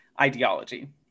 ideology